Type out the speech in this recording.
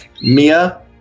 Mia